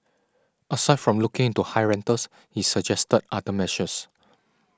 aside from looking into high rentals he suggested other measures